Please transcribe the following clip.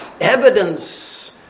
evidence